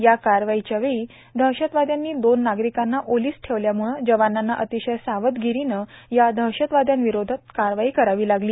या कारवाईच्यावेळी दहशतवाद्यांनी दोन नागरिकांना ओलिस ठेवल्याम्ळं जवानांना अतिशय सावधगिरीनं या दहशतवाद्यांविरोधात कारवाई करावी लागली